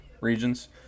regions